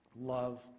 Love